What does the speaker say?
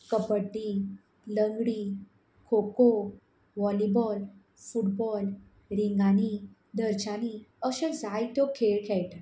कबड्डी लंगडी kho kho volleyball football रिंगानी धरच्यानी अशे जायत्यो खेळ खेळटा